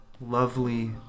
lovely